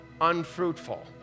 unfruitful